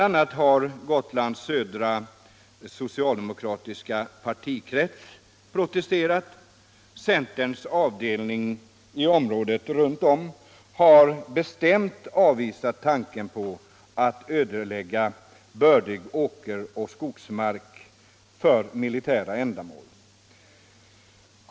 a. har Gotlands södra socialdemokratiska partikrets protesterat. Centerns avdelning i området runt om har bestämt avvisat tanken på att ödelägga bördig åkermark och skogsmark för militära ändamål.